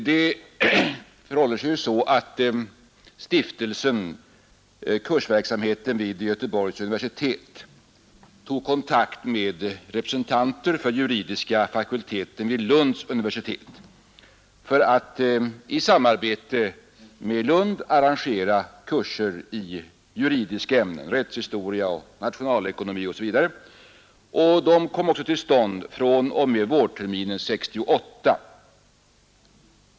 Det förhåller sig ju så att Stiftelsen Kursverksamheten vid Göteborgs universitet tog kontakt med representanter för juridiska fakulteten vid Lunds universitet för att i samarbete med Lund arrangera kurser i juridiska ämnen — rättshistoria, nationalekonomi osv. Och de kom ocksa till stånd fr.o.m. vårterminen 1968.